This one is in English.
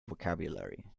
vocabulary